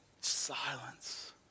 silence